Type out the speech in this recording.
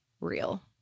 real